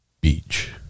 beach